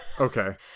Okay